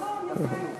כבר טיפלו,